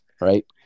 right